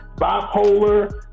bipolar